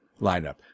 lineup